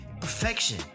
perfection